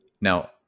Now